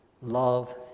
love